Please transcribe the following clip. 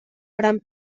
faran